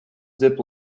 zip